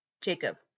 Jacob